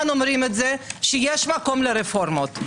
אומרים את זה - שיש מקום לרפורמות.